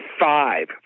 five